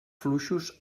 fluixos